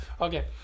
okay